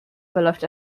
verläuft